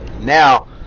Now